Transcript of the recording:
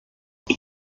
das